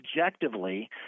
objectively